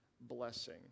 blessing